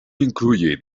incluye